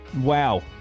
Wow